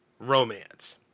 romance